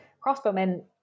crossbowmen